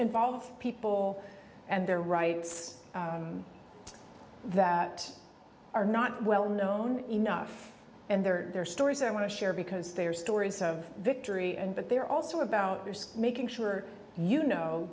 involve people and their rights that are not well known enough and there are stories i want to share because they are stories of victory and but they're also about making sure you know